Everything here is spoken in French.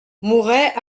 mouret